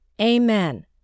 Amen